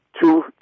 Two